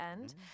end